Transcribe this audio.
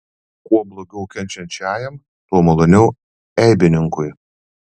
kuo blogiau kenčiančiajam tuo maloniau eibininkui